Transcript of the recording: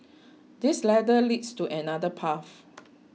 this ladder leads to another path